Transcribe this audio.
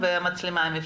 לא